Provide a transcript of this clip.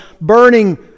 burning